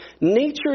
nature